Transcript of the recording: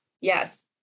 yes